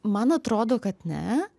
man atrodo kad ne